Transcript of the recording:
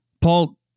Paul